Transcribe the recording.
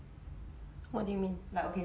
what do you mean